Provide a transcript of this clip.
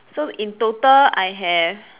so in total I have